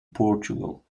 portugal